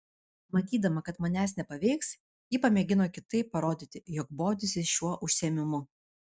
matydama kad manęs nepaveiks ji pamėgino kitaip parodyti jog bodisi šiuo užsiėmimu